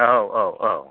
औ औ औ